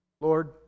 Lord